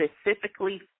specifically